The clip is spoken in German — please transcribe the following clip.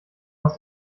aus